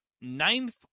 ninth